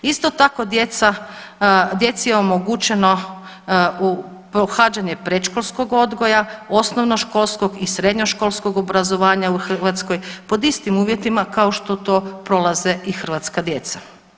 Isto tako djeca, djeci je omogućeno pohađanje predškolskog odgoja, osnovnoškolskog i srednjoškolskog obrazovanja u Hrvatskoj pod istim uvjetima kao što to prolaze i hrvatska djeca.